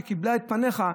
כשקיבלה את פניך,